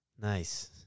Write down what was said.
Nice